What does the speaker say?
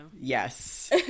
yes